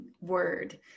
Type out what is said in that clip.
word